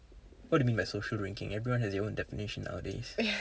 what do you mean by social drinking everyone has their own definition nowadays